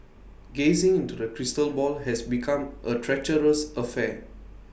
gazing into the crystal ball has become A treacherous affair